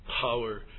power